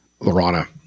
Lorana